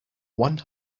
one